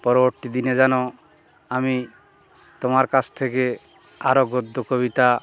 পরবর্তী দিনে যেন আমি তোমার কাছ থেকে আরও গদ্য কবিতা